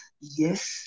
yes